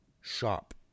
shop